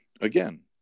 again